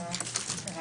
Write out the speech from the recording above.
הישיבה ננעלה בשעה